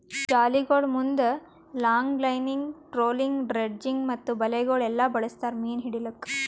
ಜಾಲಿಗೊಳ್ ಮುಂದ್ longlining, trolling, dredging ಮತ್ತ ಬಲೆಗೊಳ್ ಎಲ್ಲಾ ಬಳಸ್ತಾರ್ ಮೀನು ಹಿಡಿಲುಕ್